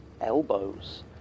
elbows